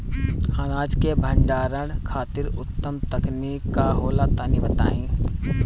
अनाज के भंडारण खातिर उत्तम तकनीक का होला तनी बताई?